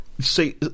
say